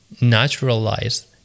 naturalized